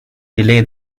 delay